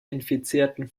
infizierten